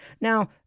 Now